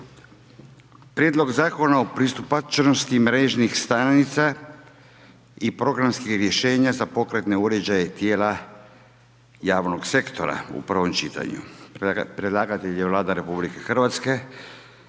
Prijedlog Zakona o pristupačnosti mrežnih stranica i programskih rješenja za pokretne uređaje tijela javnog sektora u prvom čitanja, P.Z.E. br. 409 Predlagatelj je Vlada Republike Hrvatske